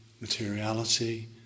materiality